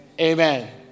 amen